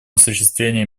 осуществления